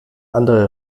andere